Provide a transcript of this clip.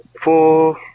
four